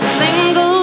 single